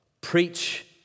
Preach